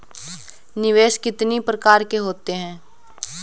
निवेश कितनी प्रकार के होते हैं?